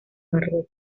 marruecos